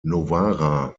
novara